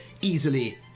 easily